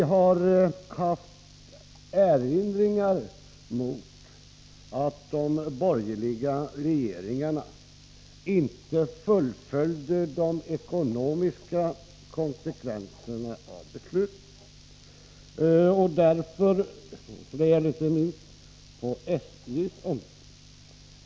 Vi har gjort erinringar mot att de borgerliga regeringarna inte fullföljde de ekonomiska konsekvenserna av beslutet. Det gäller inte minst på SJ:s område.